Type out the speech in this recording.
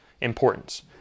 importance